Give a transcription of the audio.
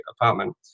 apartment